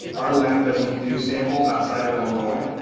our lab doesn't do samples outside of illinois,